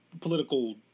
political